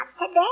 today